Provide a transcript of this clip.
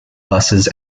buses